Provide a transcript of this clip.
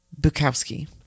Bukowski